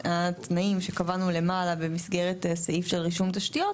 התנאים שקבענו למעלה במסגרת הסעיף של רישום תשתיות,